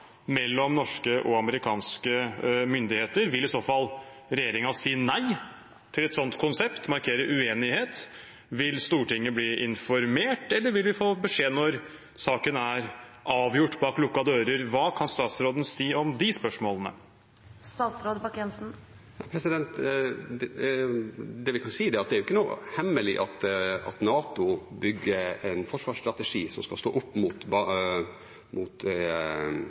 i så fall regjeringen si nei til et slikt konsept og markere uenighet? Vil Stortinget bli informert, eller vil vi få beskjed når saken er avgjort bak lukkede dører? Hva kan statsråden si om de spørsmålene? Det vi kan si, er at det ikke er hemmelig at NATO bygger en forsvarsstrategi som skal kunne stå opp mot